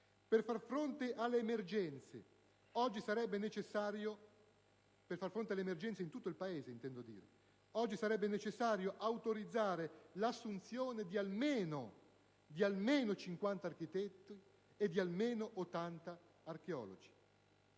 Per far fronte alle emergenze in tutto il Paese, oggi sarebbe necessario autorizzare l'assunzione di almeno 50 architetti e di almeno 80 archeologi.